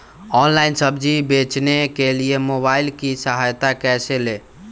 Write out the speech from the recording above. Online सब्जी बेचने के लिए मोबाईल की सहायता कैसे ले?